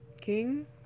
King